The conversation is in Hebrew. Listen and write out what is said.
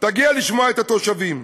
תגיע לשמוע את התושבים,